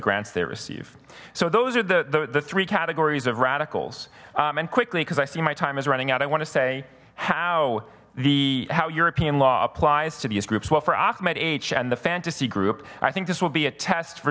grants they receive so those are the three categories of radicals and quickly because i see my time is running out i want to say how the how european law applies to these groups well for achmed and the fantasy group i think this will be a test for